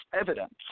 evidence